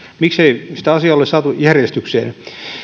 miksei sitä asiaa ole saatu järjestykseen